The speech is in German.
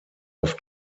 auf